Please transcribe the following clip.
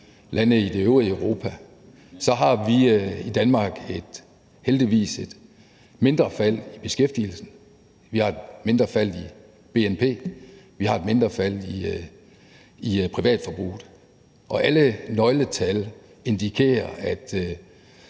lande i det øvrige Europa – at så har Danmark heldigvis et mindre fald i beskæftigelsen. Vi har et mindre fald i bnp, og vi har et mindre fald i privatforbruget. Og alle nøgletal indikerer, at